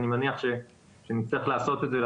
אני מניח שכשנצטרך לעשות את זה,